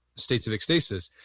states of ecstasis.